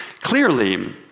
clearly